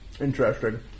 Interesting